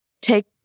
take